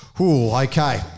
Okay